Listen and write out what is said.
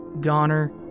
Goner